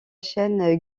chaîne